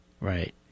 right